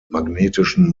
magnetischen